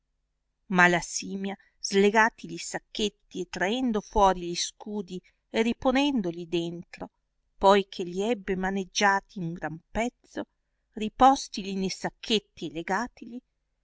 ma la simia slegati li sacchetti e traendo fuori gli scudi e riponendogli dentro poi che gli ebbe maneggiati un gran pezzo ripostigli ne sacchetti e legatigli uno